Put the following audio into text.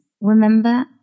remember